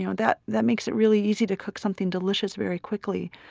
yeah that that makes it really easy to cook something delicious very quickly.